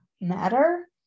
matter